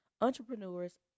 entrepreneurs